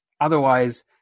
otherwise